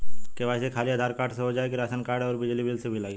KYC खाली Aadhaar card से हो जाए कि राशन कार्ड अउर बिजली बिल भी लगी?